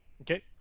Okay